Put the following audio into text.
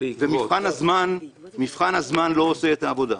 מבחן הזמן לא עושה את העבודה.